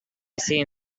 seen